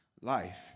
life